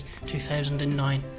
2009